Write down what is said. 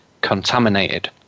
contaminated